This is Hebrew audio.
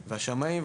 השמאים.